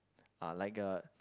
uh like a